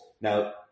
Now